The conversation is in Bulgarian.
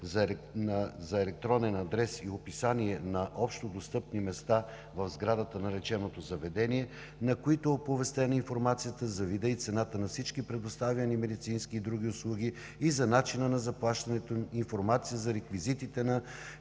за електронен адрес и описание на общодостъпни места в сградата на лечебното заведение, на които е оповестена информацията за вида и цената на всички предоставяни медицински и други услуги, и за начина на заплащането им, информация за реквизитите на